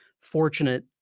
fortunate